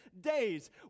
days